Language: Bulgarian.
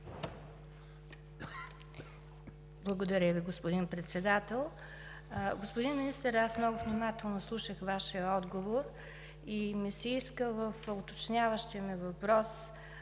Благодаря Ви, господин Председател. Господин Министър, аз много внимателно слушах Вашия отговор и ми се иска в уточняващия ми въпрос